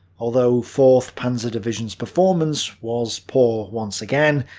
although fourth panzer division's performance was poor once again,